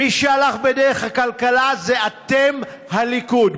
מי שהלך בדרך עקלקלה זה אתם, הליכוד.